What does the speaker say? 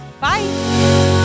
Bye